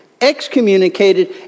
excommunicated